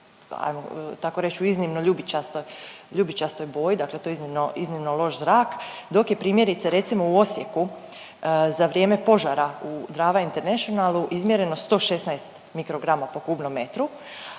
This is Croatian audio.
tako reći u iznimno ljubičastoj boji, dakle to je iznimno loš zrak, dok je, primjerice, recimo, u Osijeku za vrijeme požara u Drava Internationalu izmjereno 116 mikrograma po kubnom metru,